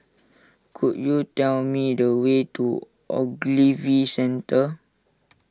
could you tell me the way to Ogilvy Centre